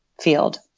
field